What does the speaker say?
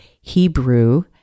Hebrew